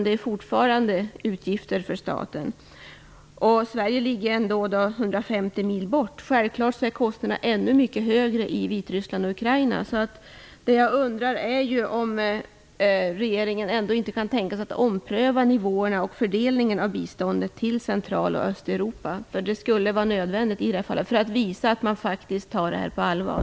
Det blir fortfarande utgifter för staten. Sverige ligger ändå 150 mil bort. Kostnaderna är självfallet ännu högre i Vitryssland och Ukraina. Jag undrar om regeringen inte kan tänka sig att ompröva nivåerna och fördelningen av biståndet till Central och Östeuropa. Det skulle vara nödvändigt för att visa att man faktiskt tar detta på allvar.